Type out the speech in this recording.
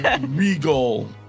regal